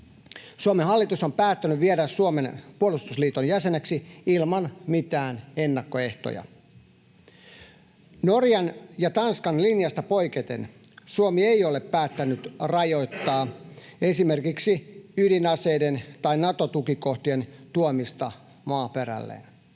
Suomen hallitus on päättänyt viedä Suomen puolustusliiton jäseneksi ilman mitään ennakkoehtoja. Norjan ja Tanskan linjasta poiketen Suomi ei ole päättänyt rajoittaa esimerkiksi ydinaseiden tai Nato-tukikohtien tuomista maaperälleen.